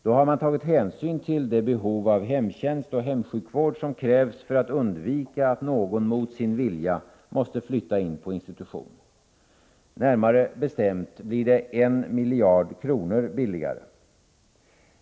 Då har man tagit hänsyn till det behov av hemtjänst och hemsjukvård som måste fyllas för att man skall kunna undvika att någon mot sin vilja måste flytta in på institution. Närmare bestämt blir det 1 miljard kronor billigare.